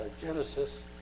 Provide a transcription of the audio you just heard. Genesis